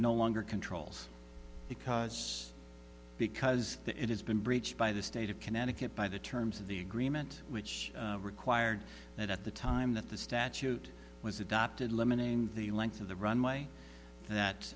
no longer controls because because it has been breached by the state of connecticut by the terms of the agreement which required that at the time that the statute was adopted limiting the length of the runway that